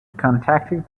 contacted